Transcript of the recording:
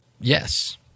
Yes